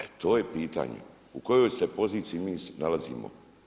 E to je pitanje, u koje poziciji mi nalazimo.